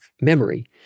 memory